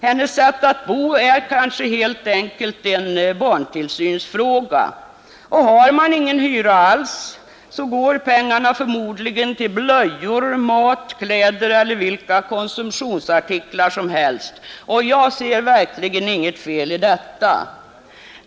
Hennes sätt att bo är kanske helt enkelt en barntillsynsfråga. Och har man ingen hyra alls går pengarna förmodligen till blöjor, mat, kläder eller vilka konsumtionsartiklar som helst, och jag ser verkligen inget fel i detta.